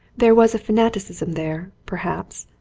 there was fanaticism there, perhaps,